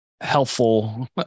helpful